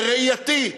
לראייתי,